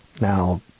Now